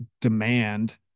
demand